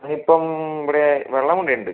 ഞാനിപ്പം ഇവിടെ വെള്ളമുണ്ടെൽ ഉണ്ട്